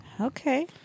Okay